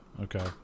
Okay